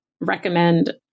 recommend